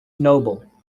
noble